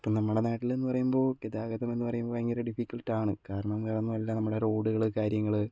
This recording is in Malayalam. ഇപ്പം നമ്മുടെ നാട്ടിൽ എന്നു പറയുമ്പോൾ ഗതാഗതം എന്നു പറയുമ്പോൾ ഭയങ്കര ഡിഫ്ഫിക്കൽട്ടാണ് കാരണം വേറൊന്നുമല്ല നമ്മുടെ റോഡുകൾ കാര്യങ്ങൾ